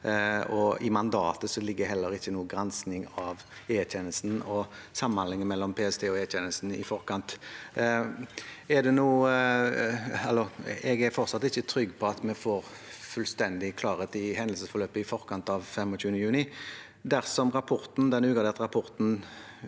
I mandatet er det heller ikke noe om gransking av E-tjenesten og samhandlingen mellom PST og E-tjenesten i forkant. Jeg er fortsatt ikke trygg på at vi får fullstendig klarhet i hendelsesforløpet i forkant av det som skjedde 25. juni. Dersom den ugraderte rapporten